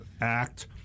act